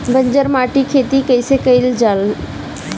बंजर माटी में खेती कईसे कईल जा सकेला?